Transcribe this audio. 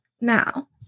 now